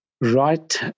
Right